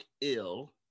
ill